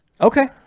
Okay